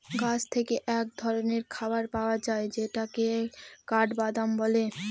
গাছ থেকে এক ধরনের খাবার পাওয়া যায় যেটাকে কাঠবাদাম বলে